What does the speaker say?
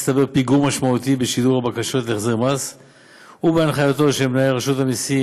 לבנות שעברו פגיעה מינית, מכל הגילים,